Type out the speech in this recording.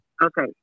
Okay